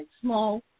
small